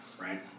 right